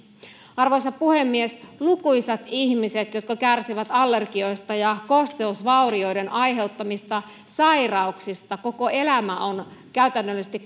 arvoisa puhemies lukuisilla ihmisillä jotka kärsivät allergioista ja kosteusvaurioiden aiheuttamista sairauksista koko elämä on käytännöllisesti